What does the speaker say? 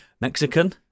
Mexican